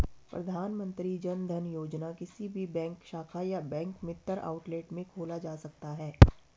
प्रधानमंत्री जनधन योजना किसी भी बैंक शाखा या बैंक मित्र आउटलेट में खोला जा सकता है